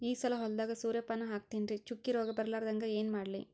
ಈ ಸಲ ಹೊಲದಾಗ ಸೂರ್ಯಪಾನ ಹಾಕತಿನರಿ, ಚುಕ್ಕಿ ರೋಗ ಬರಲಾರದಂಗ ಏನ ಮಾಡ್ಲಿ?